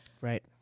Right